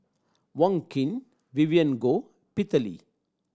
Wong Keen Vivien Goh Peter Lee